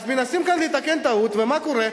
אז מנסים כאן לתקן טעות, ומה קורה?